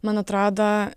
man atrado